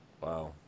Wow